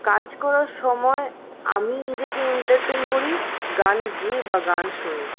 কাজ করার সময় আমি নিজেকে এন্টারটেইন করি গান গেয়ে বা গান শুনে